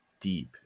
deep